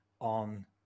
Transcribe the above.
on